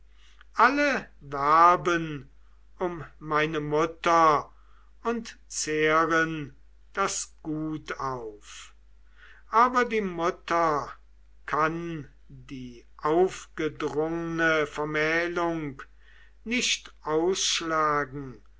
alle werben um meine mutter und zehren das gut auf aber die mutter kann die aufgedrungne vermählung nicht ausschlagen